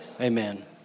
Amen